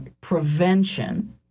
prevention